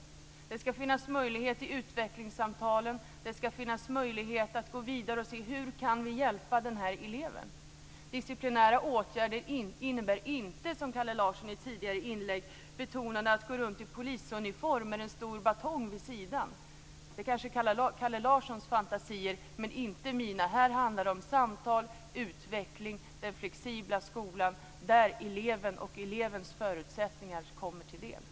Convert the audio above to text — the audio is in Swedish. Det skall finnas en sådan möjlighet i utvecklingssamtalen, och det skall finnas möjlighet att gå vidare och se hur man kan hjälpa den här eleven. Disciplinära åtgärder innebär inte att man, som Kalle Larsson sade i ett tidigare inlägg, går runt i polisuniform med en stor batong. Det är kanske Kalle Larssons fantasier, men det är inte mina. Det handlar om samtal, utveckling och den flexibla skolan, där eleven och elevens förutsättningar kommer fram.